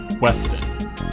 Weston